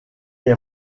est